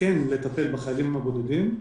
לטפל בחיילים הבודדים.